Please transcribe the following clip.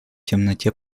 темноте